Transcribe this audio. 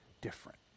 different